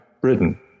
Britain